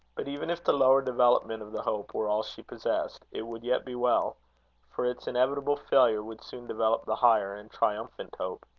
but even if the lower development of the hope were all she possessed, it would yet be well for its inevitable failure would soon develope the higher and triumphant hope.